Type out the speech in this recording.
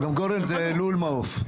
גורן הוא לול מעוף.